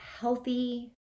healthy